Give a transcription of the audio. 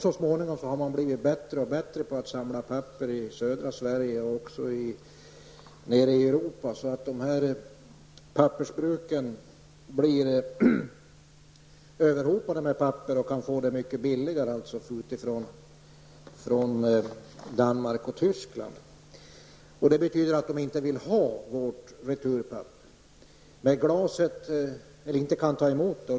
Så småningom har människor i södra Sverige och även nere i Europa blivit bättre och bättre på att samla papper. Pappersbruken blir överhopade med papper och kan få det mycket billigare från Danmark och Tyskland. Det betyder att de inte kan ta emot vårt returpapper.